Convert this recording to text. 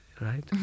right